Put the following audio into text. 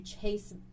chase